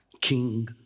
King